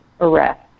arrest